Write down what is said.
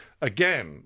again